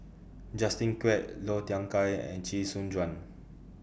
Justin Quek Low Thia Khiang and Chee Soon Juan